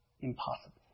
impossible